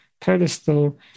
pedestal